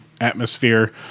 atmosphere